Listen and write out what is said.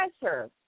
pressure